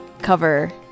cover